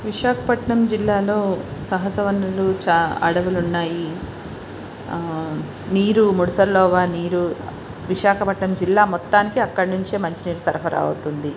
విశాఖపట్టణం జిల్లాలో సహజ వనరులు చా అడవులు ఉన్నాయి నీరు ముదసర్లోవ నీరు విశాఖపట్టణం జిల్లా మొత్తానికి అక్కడ నుంచే మంచి నీరు సరఫరా అవుతుంది